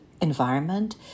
environment